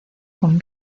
con